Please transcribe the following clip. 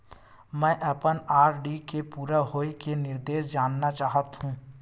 मैं अपन आर.डी के पूरा होये के निर्देश जानना चाहहु